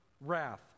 wrath